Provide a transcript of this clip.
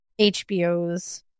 HBO's